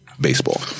baseball